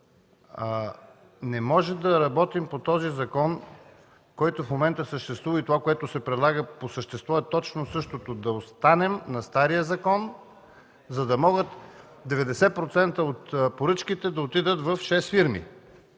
Не може да работим по този закон, който в момента съществува, и това, което се предлага, по същество е точно същото – да останем на стария закон, за да могат 90% от поръчките да отидат в шест фирми.